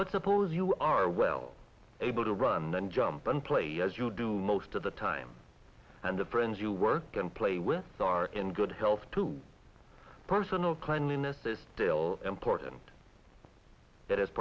but suppose you are well able to run and jump and play as you do most of the time and the friends you work and play with are in good health to personal cleanliness is still important that